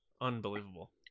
unbelievable